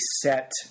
set